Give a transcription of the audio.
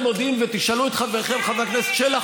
ותשאלו את חברכם חבר הכנסת שלח,